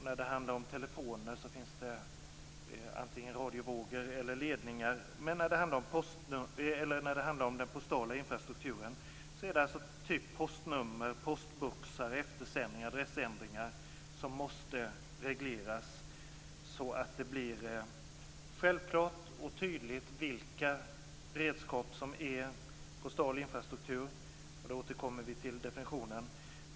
När det handlar om telefoner är det antingen radiovågor eller ledningar, men när det handlar om den postala infrastrukturen är det postnummer, postboxar, eftersändningar, adressändringar som måste regleras. Det skall vara tydligt vilka redskap som är postal infrastruktur. Jag återkommer till den definitionen.